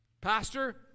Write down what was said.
Pastor